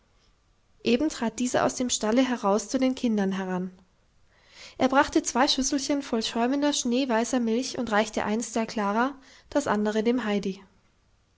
eben trat dieser aus dem stalle heraus zu den kindern heran er brachte zwei schüsselchen voll schäumender schneeweißer milch und reichte eins der klara das andere dem heidi